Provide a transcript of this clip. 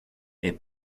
est